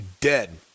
dead